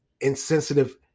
insensitive